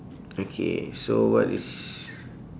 okay so what is